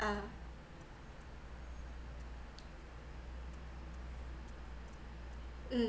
ah mm